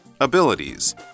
Abilities